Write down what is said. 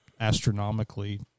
astronomically